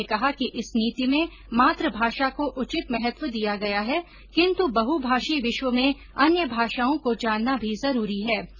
उन्होंने कहा कि इस नीति में मातूभाषा को उचित महत्व दिया गया है किंतु बहु भाषी विश्व में अन्य भाषाओं को जानना भी जरूरी है